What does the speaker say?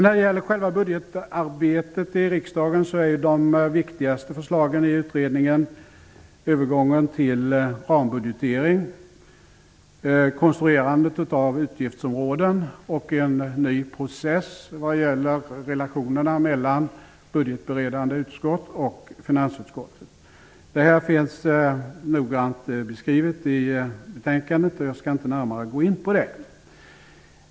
När det gäller själva budgetarbetet i riksdagen är de viktigaste förslagen i utredningen övergången till rambudgetering, konstruerandet av utgiftsområden och en ny process när det gäller relationerna mellan budgetberedande utskott och finansutskottet. Det här finns noggrant beskrivet i betänkandet, och jag skall inte närmare gå in på det.